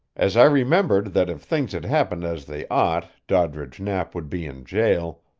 as i remembered that if things had happened as they ought doddridge knapp would be in jail,